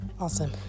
awesome